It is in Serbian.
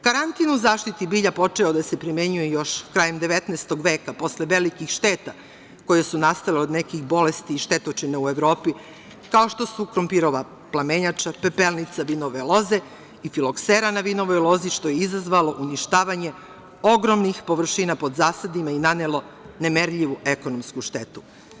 Karantin u zaštiti bilja počeo je da se primenjuje još krajem XIX veka, posle velikih šteta koje su nastale od nekih bolesti i štetočina u Evropi, kao što su krompirova plamenjača, pepelnica vinove loze i filoksera na vinovoj lozi, što je izazvalo uništavanje ogromnih površina pod zasadima i nanelo nemerljivu ekonomsku štetu.